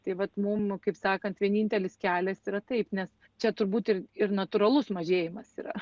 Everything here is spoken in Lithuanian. tai vat mum kaip sakant vienintelis kelias yra taip nes čia turbūt ir ir natūralus mažėjimas yra